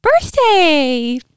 birthday